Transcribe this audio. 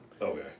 Okay